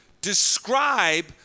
describe